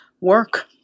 Work